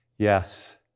Yes